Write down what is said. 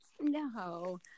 No